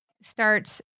starts